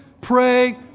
Pray